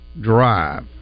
drive